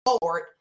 board